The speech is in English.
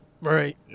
Right